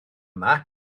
yma